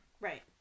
Right